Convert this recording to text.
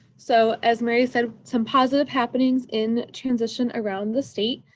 so, as mary said, some positive happenings in transition around the state.